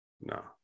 No